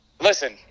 listen